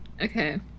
okay